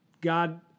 God